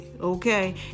okay